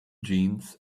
jeans